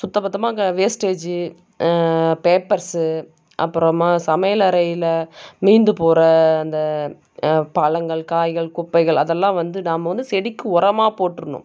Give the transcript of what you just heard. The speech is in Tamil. சுத்த பத்தாமாக அங்கே வேஸ்ட்டேஜ் பேப்பர்ஸ் அப்புறமா சமையலறையில மீந்துபோகிற அந்த பழங்கள் காய்கள் குப்பைகள் அதெல்லாம் வந்து நாம் வந்து செடிக்கு உரமா போட்டுடணும்